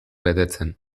betetzen